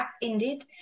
indeed